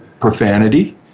profanity